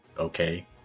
okay